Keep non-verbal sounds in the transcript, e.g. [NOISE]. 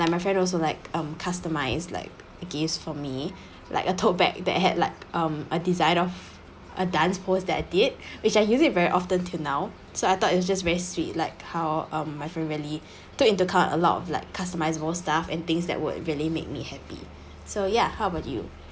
and my friend also like um customised like gift for me like a tote bag that had like um a design of a dance pose that I did [BREATH] we shall use it very often until now so I thought it was just very sweet like how um my friend really took into account a lot of like customise most staff and things that would really make me happy so ya how about you